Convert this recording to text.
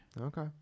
Okay